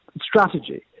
strategy